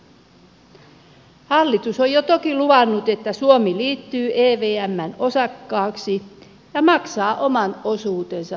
hallitus on jo toki luvannut että suomi liittyy evmn osakkaaksi ja maksaa oman osuutensa viuluista